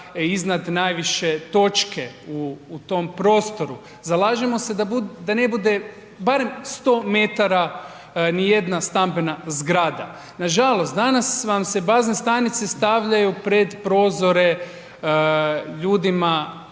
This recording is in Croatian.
iznad najviše točke u, u tom prostoru, zalažemo se da ne bude barem 100 metara nijedna stambena zgrada. Nažalost, danas vam se bazne stanice stavljaju pred prozore ljudima